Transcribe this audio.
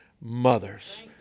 mothers